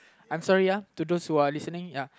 I'm sorry uh to those who are listening ya